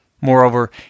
Moreover